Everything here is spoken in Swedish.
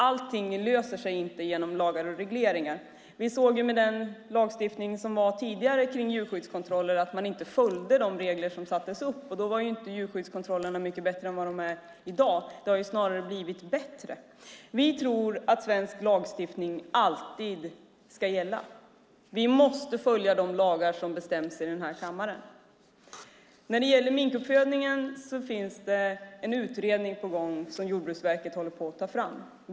Allting löses inte genom lagar och regleringar. Med den lagstiftning som tidigare var kring djurskyddskontroller såg vi att man inte följde de regler som sattes upp, och då var djurskyddskontrollerna inte mycket bättre än de var i dag. Det har snarare blivit bättre. Vi tror att svensk lagstiftning alltid ska gälla. Vi måste följa de lagar som beslutas i den här kammaren. När det gäller minkuppfödningen pågår det en utredning som Jordbruksverket håller på med.